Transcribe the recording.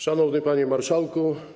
Szanowny Panie Marszałku!